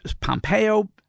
Pompeo